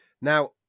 Now